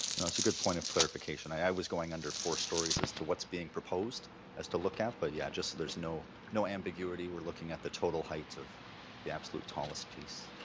that's a good point of clarification. i was going under four stories as to what's being proposed as to look at, but yeah, just so there's no no ambiguity, we're looking at the total height of the absolute tallest piece.